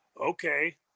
okay